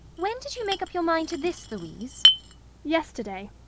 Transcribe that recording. when did you make up your mind to this, louise yesterday,